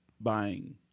buying